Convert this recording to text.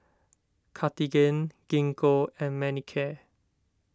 Cartigain Gingko and Manicare